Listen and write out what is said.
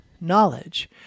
knowledge